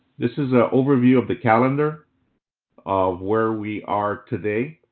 this is ah overview of the calendar of where we are today.